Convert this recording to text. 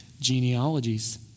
Genealogies